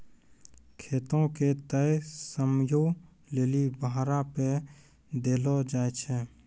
खेतो के तय समयो लेली भाड़ा पे देलो जाय छै